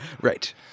Right